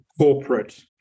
corporate